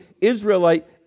Israelite